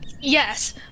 yes